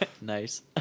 nice